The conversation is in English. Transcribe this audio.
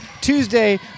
Tuesday